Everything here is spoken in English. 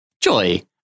Joy